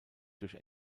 durch